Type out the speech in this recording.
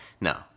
No